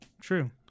true